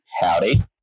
Howdy